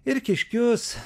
ir kiškius